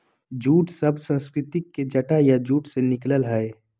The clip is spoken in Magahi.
जूट शब्द संस्कृत के जटा या जूट से निकलल हइ